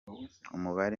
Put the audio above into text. umubare